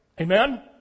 Amen